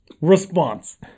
response